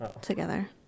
together